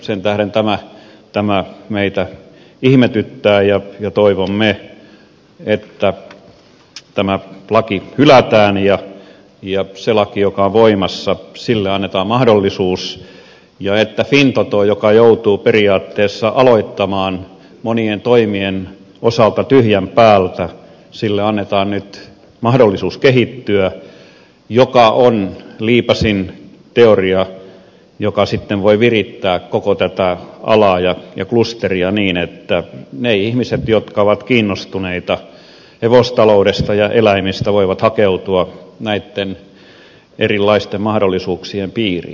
sen tähden tämä meitä ihmetyttää ja toivomme että tämä laki hylätään ja sille laille joka on voimassa annetaan mahdollisuus ja että fintotolle joka joutuu periaatteessa aloittamaan monien toimien osalta tyhjän päältä annetaan nyt mahdollisuus kehittyä mikä on liipaisinteoria ja se sitten voi virittää koko tätä alaa ja klusteria niin että ne ihmiset jotka ovat kiinnostuneita hevostaloudesta ja eläimistä voivat hakeutua näitten erilaisten mahdollisuuksien piiriin